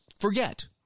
forget